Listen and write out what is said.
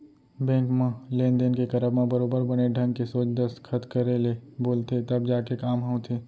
bank म लेन देन के करब म बरोबर बने ढंग के सोझ दस्खत करे ले बोलथे तब जाके काम ह होथे